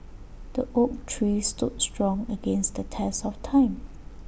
the oak tree stood strong against the test of time